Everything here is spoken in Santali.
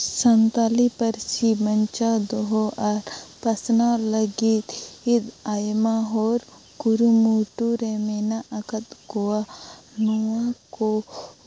ᱥᱟᱱᱛᱟᱲᱤ ᱯᱟᱹᱨᱥᱤ ᱵᱟᱧᱪᱟᱣ ᱫᱚᱦᱚ ᱟᱨ ᱯᱟᱥᱱᱟᱣ ᱞᱟᱹᱜᱤᱫ ᱟᱭᱢᱟᱦᱚᱲ ᱠᱩᱨᱩᱢᱩᱴᱩᱨᱮ ᱢᱮᱱᱟᱜ ᱟᱠᱟᱫ ᱠᱚᱣᱟ ᱱᱚᱣᱟᱠᱚ